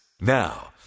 now